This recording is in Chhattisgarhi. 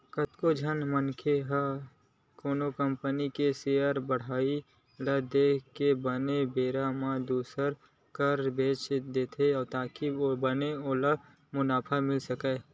कतको झन मन ह कोनो कंपनी के सेयर के बड़हई ल देख के बने बेरा म दुसर करा बेंच देथे ताकि बने ओला मुनाफा मिले सकय